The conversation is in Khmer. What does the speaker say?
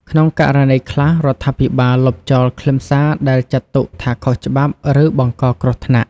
ក្នុងករណីខ្លះ រដ្ឋាភិបាលលុបចោលខ្លឹមសារដែលចាត់ទុកថាខុសច្បាប់ ឬបង្កគ្រោះថ្នាក់។